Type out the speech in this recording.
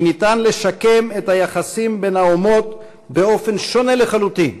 שניתן לשקם את היחסים בין האומות באופן שונה לחלוטין.